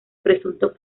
presunto